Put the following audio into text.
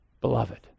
beloved